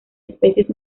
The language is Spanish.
especies